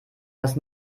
was